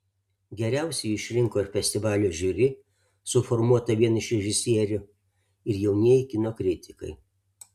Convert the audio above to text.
geriausiu jį išrinko ir festivalio žiuri suformuota vien iš režisierių ir jaunieji kino kritikai